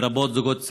לרבות לזוגות צעירים,